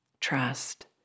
trust